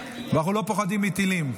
אנחנו לא פוחדים מטילים.